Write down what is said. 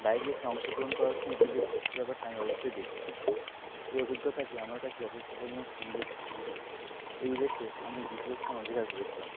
bike রেসে অংশগ্রহণ করার সময় নিজের সেফটির ব্যপারটা আমি অবশ্যই দেখে রাখি এই অভিজ্ঞতাটি আমার কাছে যথেষ্ট পরিমাণ সুন্দর ছিলো এই রেসে আমি দ্বিতীয় স্থান অধিকার করেছিলাম